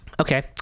Okay